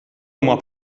huma